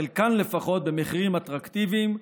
חלקן לפחות במחירים אטרקטיביים,